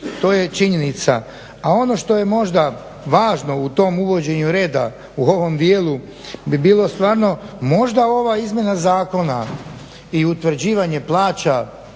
To je činjenica. A ono što je možda važno u tom uvođenju reda u ovom dijelu bi bilo stvarno možda ova izmjena zakona i utvrđivanje plaća